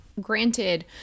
granted